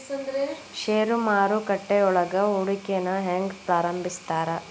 ಷೇರು ಮಾರುಕಟ್ಟೆಯೊಳಗ ಹೂಡಿಕೆನ ಹೆಂಗ ಪ್ರಾರಂಭಿಸ್ತಾರ